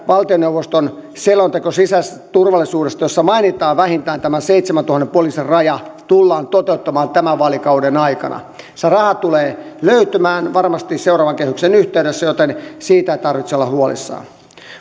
valtioneuvoston selonteko sisäisestä turvallisuudesta jossa mainitaan vähintään tämä seitsemäntuhannen poliisin raja tullaan toimeenpanemaan tämän vaalikauden aikana se raha tulee löytymään varmasti seuraavan kehyksen yhteydessä joten siitä ei tarvitse olla huolissaan